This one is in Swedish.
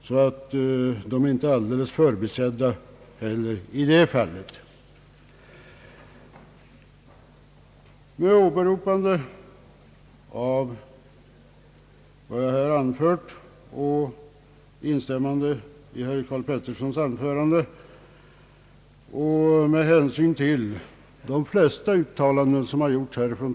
De är således inte helt förbisedda i det här avseendet. Jag kan helt instämma i vad herr Karl Pettersson och många andra talare i kammaren har anfört i denna fråga.